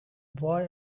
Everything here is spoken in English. boy